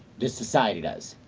does society does?